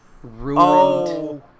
Ruined